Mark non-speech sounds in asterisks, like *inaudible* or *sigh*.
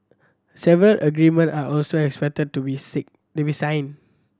several agreements are also expected to be *unintelligible* to be signed